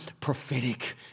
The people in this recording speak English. prophetic